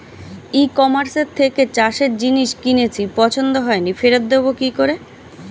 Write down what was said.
ই কমার্সের থেকে চাষের জিনিস কিনেছি পছন্দ হয়নি ফেরত দেব কী করে?